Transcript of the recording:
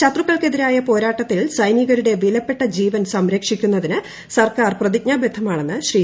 ശത്രുക്കൾക്കെതിരായ പോരാട്ടത്തിൽ സൈനികരുടെ വിലപ്പെട്ട ജീവൻ സംരക്ഷിക്കുന്നതിന് സർക്കാർ പ്രതിജ്ഞാബദ്ധമാണെന്ന് ശ്രീ